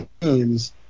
teams